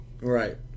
Right